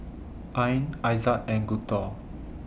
Ain Aizat and Guntur